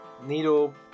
needle